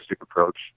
approach